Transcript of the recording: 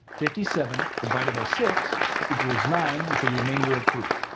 fifty seven divided by six equals nine with a remainder of three.